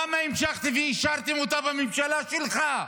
למה המשכתם ואישרתם אותה בממשלה שלך,